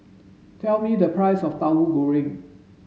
tell me the price of Tahu Goreng